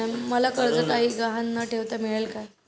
मला कर्ज काही गहाण न ठेवता मिळेल काय?